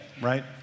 right